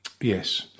Yes